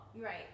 Right